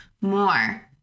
more